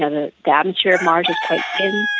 kind of ah the atmosphere of mars is quite thin,